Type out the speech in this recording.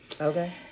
Okay